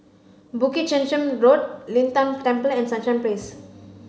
Bukit Chermin Road Lin Tan Temple and Sunshine Place